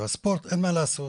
הספורט, אין מה לעשות,